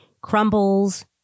crumbles